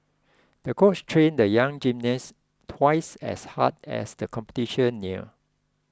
the coach trained the young gymnast twice as hard as the competition near